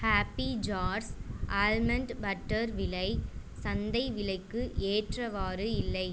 happy Jars almond butter விலை சந்தை விலைக்கு ஏற்றவாறு இல்லை